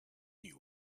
you